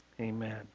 Amen